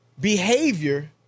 behavior